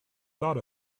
thought